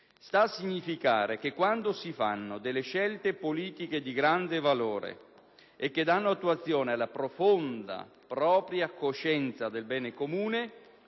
sta a significare che quando si fanno delle scelte politiche di grande valore e che danno attuazione alla propria profonda coscienza del bene comune,